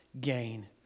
gain